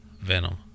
Venom